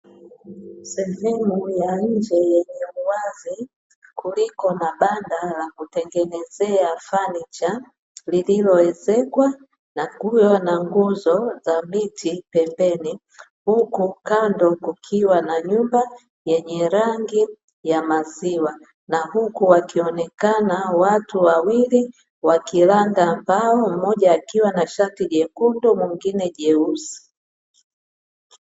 Sehemu ya nje yenye uwazi kuliko na banda la kutengenezea fanicha, lilioezekwa na kuwa na nguzo thabiti pembeni, huku kando kukiwa na nyumba yenye rangi ya maziwa na huku wakionekana watu wawili wakilanda mbao mmoja akiwa na shati jekundu mwingine jeusi.